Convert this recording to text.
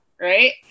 right